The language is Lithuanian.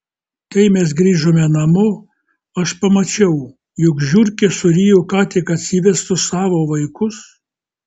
kai mes grįžome namo aš pamačiau jog žiurkė surijo ką tik atsivestus savo vaikus